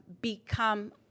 become